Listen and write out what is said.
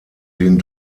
den